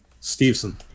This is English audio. Stevenson